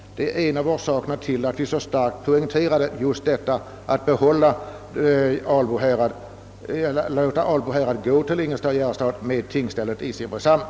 Detta är en av orsakerna till att vi så starkt poängterat önskemålet att Albo härad föres till Ingelstads och Järrestads domsaga med tingsställe i Simrishamn.